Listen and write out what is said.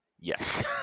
yes